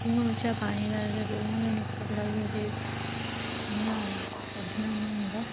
कुएं बिच्चा पानी ते उ'आं गै निकलदा क्योंकि इ'यां कड्ढना नि होंदा